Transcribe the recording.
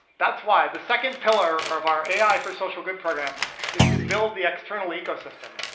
that's why the second pillar of our ai for social good program is to build the external ecosystem.